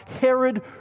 Herod